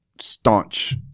staunch